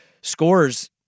scores